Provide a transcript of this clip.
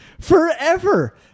forever